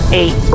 eight